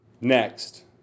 next